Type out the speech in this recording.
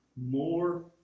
more